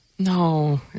No